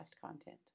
content